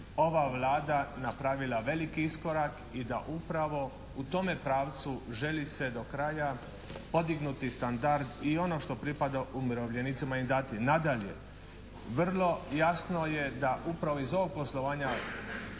ova Vlada napravila veliki iskorak i da upravo u tome pravcu želi se do kraja podignuti standard i ono što pripada umirovljenicima im dati. Nadalje, vrlo jasno je da upravo iz ovog poslovanja